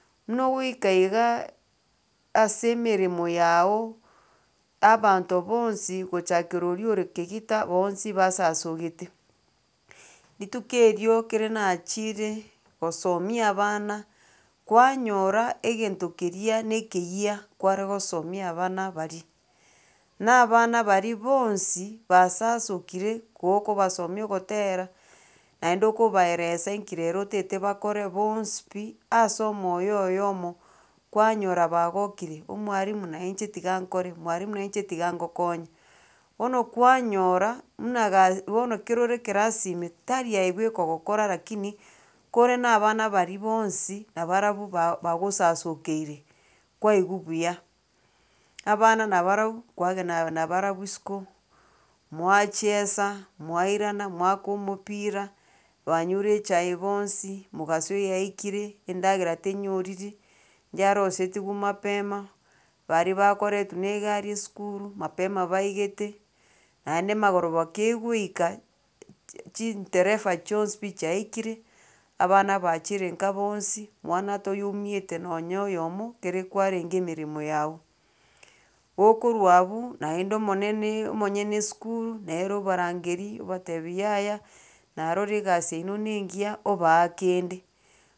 Muna ogoika iga ase emeremo yago abanto bonsi gochakera oria ore kegita bonsi basasogete, rituko erio kere naachire gosomia abana kwanyora egento keria na ekeyia kware gosomia abana baria, na abana baria bonsi basasokire kokobasomia ogotera naende okobaeresa nki rero otaete bakore bonsi pi ase omoyo oyomo kwanyora bagokire omwarimu na inche tiga nkore, mwarimu na inche ngokonye. Bono kwanyora muna gai bono kero ere ekerasi ime, tari aye bweka ogokora lakini kore na abana baria boonsi nabarabwo ba bagosasokeire, kwaigwa buya, abana nabarabwo kwagenda nabarabwo isiko mwachesa, mwairana mwaaka omopira, banyure echae bonsi, mogaso yaikire, endagera tenyoriri, iyarosetiwu mapema, baria bakoretwa na egari esukuru mapema baigete naende magoroba kegoika chi chindereva chionsi pi chiaikire, abana bachire nka bonsi, mwana atoyoumiete nonye oyomo kere kwarenge emeremo yago. Gokorwa abu, naende omonene omonyene esukuru nere obarangeria obatebia yaya narorire egasi yaino nengiya obaa kende.